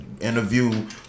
interview